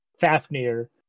fafnir